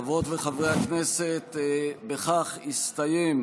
חברות וחברי הכנסת, בכך הסתיים